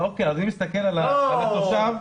אני מסתכל על התושב,